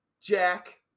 Jack